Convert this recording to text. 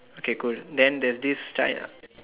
okay cool then there's this guy ah